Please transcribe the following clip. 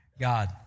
God